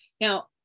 Now